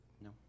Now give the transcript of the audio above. No